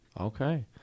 Okay